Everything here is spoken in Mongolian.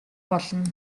болно